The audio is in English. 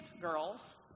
girls